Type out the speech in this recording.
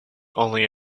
only